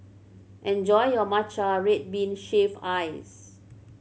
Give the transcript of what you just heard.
enjoy your matcha red bean shaved ice